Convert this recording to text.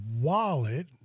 wallet